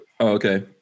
Okay